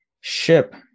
ship